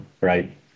right